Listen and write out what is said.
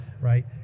right